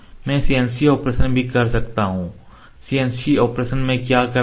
मैं CNC operation भी कर सकता हूं CNC ऑपरेशन में क्या करते हैं